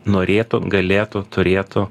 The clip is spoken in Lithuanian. norėtų galėtų turėtų